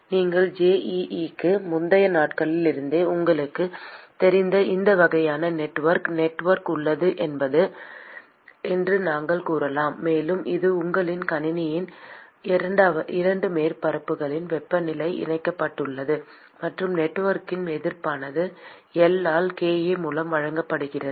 நீங்கள் JEE க்கு முந்தைய நாட்களில் இருந்தே உங்களுக்குத் தெரிந்த இந்த வகையான நெட்வொர்க் நெட்வொர்க் உள்ளது என்று நாங்கள் கூறலாம் மேலும் இது உங்கள் கணினியின் இரண்டு மேற்பரப்புகளின் வெப்பநிலையால் இணைக்கப்பட்டுள்ளது மற்றும் நெட்வொர்க்கின் எதிர்ப்பானது L ஆல் kA மூலம் வழங்கப்படுகிறது